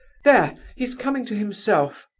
there! he's coming to himself.